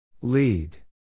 Lead